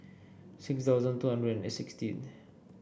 six thousand two hundred and sixteen